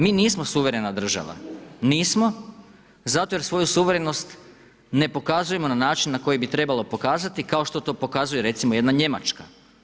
Mi nismo suverena država, nismo, zato jer svoju suverenost ne pokazujemo na način na koji bi trebalo pokazati kao što to pokazuje recimo jedna Njemačka.